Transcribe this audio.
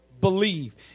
believe